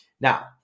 Now